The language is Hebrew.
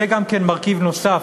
זה גם מרכיב נוסף,